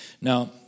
Now